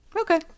Okay